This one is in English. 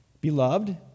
Beloved